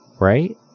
Right